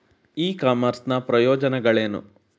E commerce ನ ಪ್ರಯೋಜನಗಳೇನು?